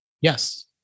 Yes